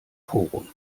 forum